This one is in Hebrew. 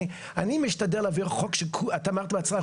אני משתדל להעביר חוק שאתה אמרת בעצמך,